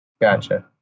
Gotcha